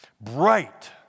Bright